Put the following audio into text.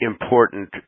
important